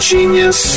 Genius